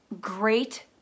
great